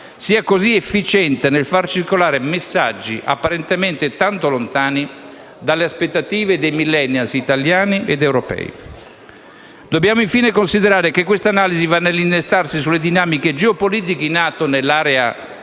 sia così efficiente nel far circolare messaggi apparentemente tanto lontani dalle aspettative dei *millennial* italiani ed europei. Dobbiamo infine considerare che quest'analisi va ad innestarsi sulle dinamiche geopolitiche in atto nell'area